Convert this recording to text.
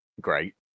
Great